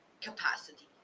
capacity